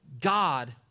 God